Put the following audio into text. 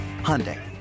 Hyundai